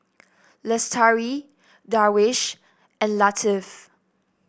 Lestari Darwish and Latif